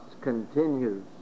continues